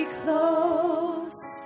close